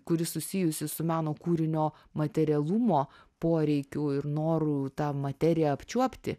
kuri susijusi su meno kūrinio materialumo poreikiu ir noru tą materiją apčiuopti